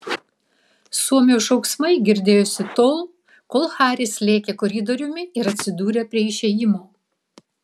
suomio šauksmai girdėjosi tol kol haris lėkė koridoriumi ir atsidūrė prie išėjimo